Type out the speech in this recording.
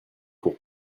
pour